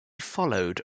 followed